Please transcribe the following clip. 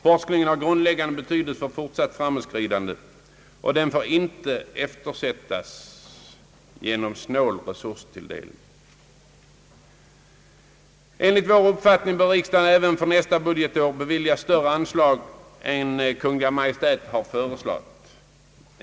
Forskningen har grundläggande betydelse för fortsatt framåtskridande, och den får inte eftersättas genom snål resurstilldelning. Enligt vår uppfattning bör riksdagen även för nästa budgetår bevilja större anslag än Kungl. Maj:t har föreslagit.